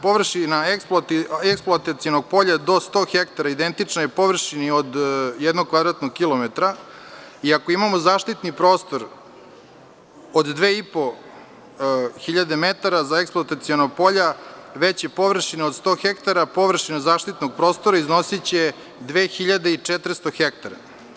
Površina eksploatacionog polja do 100 hektara identična je površini od jednog kvadratnog kilometra i ako imamo zaštitni prostor od 2,5 hiljade metara za eksploataciono polje veće površine od 100 hektara, površina zaštitnog prostora iznosiće 2.400 hektara.